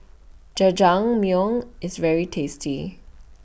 Jajangmyeon IS very tasty